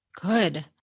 Good